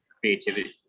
creativity